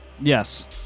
Yes